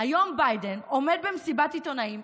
היום ביידן עומד במסיבת עיתונאים,